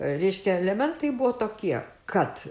reiškia elementai buvo tokie kad